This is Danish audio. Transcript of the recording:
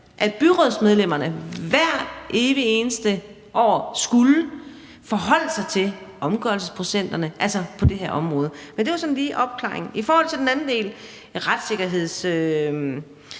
byrådsmedlemmerne, hvert evigt eneste år skulle forholde sig til omgørelsesprocenterne på det her område. Det var sådan lige til opklaring. I forhold til den anden del, retssikkerhedsenheden,